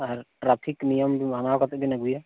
ᱟᱨ traffic ᱱᱤᱭᱚᱢ ᱫᱚ ᱢᱟᱱᱟᱣ ᱠᱟᱛᱮᱫ ᱵᱤᱱ ᱟᱹᱜᱩᱭᱟ